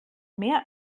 mehr